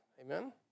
Amen